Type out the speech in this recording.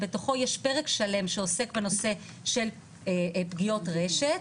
שבתוכו יש פרק שלם שעוסק בנושא של פגיעות רשת.